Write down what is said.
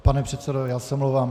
Pane předsedo, já se omlouvám.